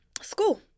school